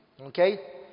Okay